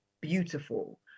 beautiful